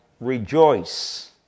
rejoice